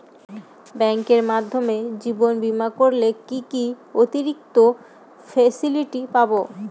ব্যাংকের মাধ্যমে জীবন বীমা করলে কি কি অতিরিক্ত ফেসিলিটি পাব?